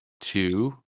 two